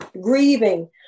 grieving